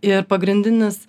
ir pagrindinis